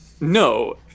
no